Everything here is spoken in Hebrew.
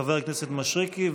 לחבר הכנסת מישרקי,